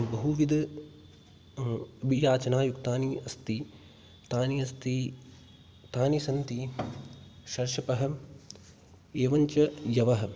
बहुविध बीजाचनायुक्तानि अस्ति तानि अस्ति तानि सन्ति सर्षपः एवञ्च यवः